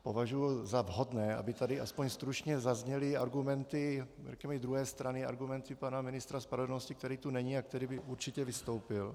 Považuji za vhodné, aby tady aspoň stručně zazněly argumenty, řekněme, i druhé strany, argumenty pana ministra spravedlnosti, který tu není a který by určitě vystoupil.